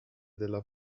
della